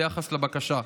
ביחס לבקשה.